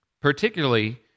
particularly